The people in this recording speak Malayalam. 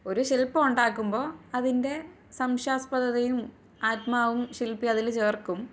ഒരു ശില്പം ഉണ്ടാക്കുമ്പോൾ അതിൻ്റെ സംശാസ്പതദയും ആത്മാവും ശില്പി അതിൽ ചേർക്കും